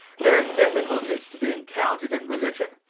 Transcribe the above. there are difficulties to be encountered in religion,